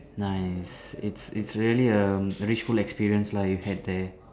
nice it's it's really a richful experience lah you had there